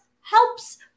helps